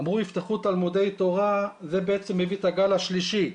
אמרו יפתחו תלמודי תורה וזה בעצם מביא את הגל השלישי.